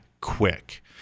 quick